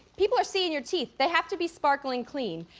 people are seeing your teeth. they have to be sparkling clean.